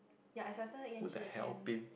ya I suspected Yan-Zhi and